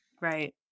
Right